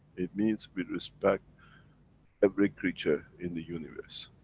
it means, we respect every creature in the universe.